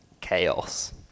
chaos